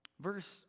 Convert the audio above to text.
Verse